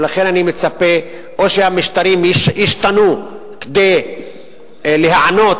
ולכן אני מצפה או שהמשטרים ישתנו כדי להיענות